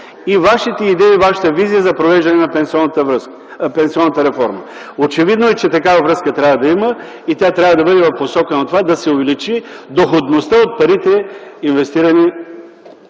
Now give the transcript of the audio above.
и Вашите идеи и визия за провеждането на пенсионната реформа? Очевидно е, че такава връзка трябва да има и тя трябва да бъде в посока на това да се увеличи доходността от парите, инвестирани